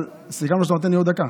אבל סיכמנו שאתה נותן לי עוד דקה.